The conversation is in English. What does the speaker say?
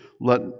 let